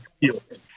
fields